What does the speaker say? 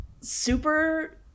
super